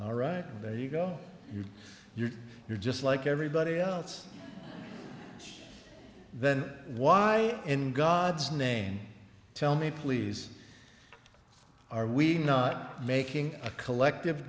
all right there you go you you're you're just like everybody else then why in god's name tell me please are we not making a collective